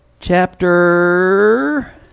chapter